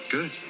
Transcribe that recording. Good